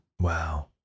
Wow